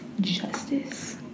Justice